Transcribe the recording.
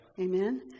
Amen